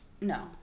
No